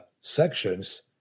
sections